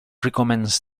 recommends